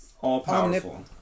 All-powerful